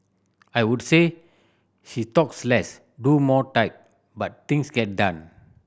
I would say she talks less do more type but things get done